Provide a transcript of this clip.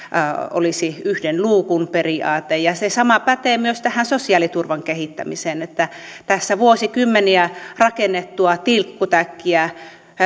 olisi yhden luukun periaate ja se sama pätee myös tähän sosiaaliturvan kehittämiseen tässä vuosikymmeniä rakennettua tilkkutäkkiä